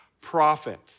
prophet